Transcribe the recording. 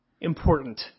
important